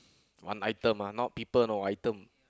one item ah not people you know item